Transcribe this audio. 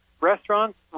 Restaurants